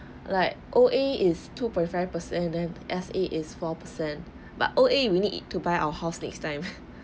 like O_A is two point five per cent then S_A is four percent but O_A we need it to buy our house next time